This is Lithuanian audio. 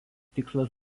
tikslas